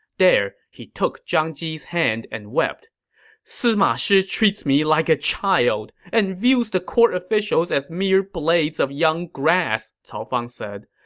there, he took zhang ji's hand and wept sima shi treats me like a child, and views the court officials as mere blades of young grass, cao fang said.